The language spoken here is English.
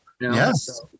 Yes